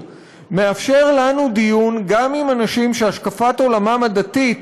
מאפשר לנו דיון גם עם אנשים שהשקפת עולמם הדתית